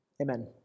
Amen